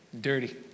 dirty